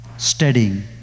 studying